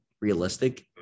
realistic